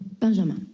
Benjamin